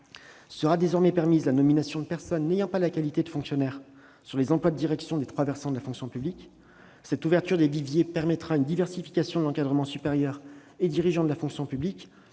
Sera désormais permise la nomination de personnes n'ayant pas la qualité de fonctionnaire sur les emplois de direction des trois versants de la fonction publique. Cette ouverture des viviers permettra une diversification de l'encadrement supérieur et dirigeant de la fonction publique